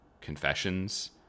confessions